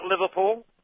Liverpool